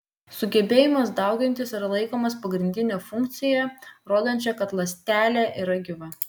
sugebėjimas daugintis yra laikomas pagrindine funkcija rodančia kad ląstelė yra gyva